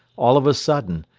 all of a sudden,